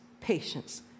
patience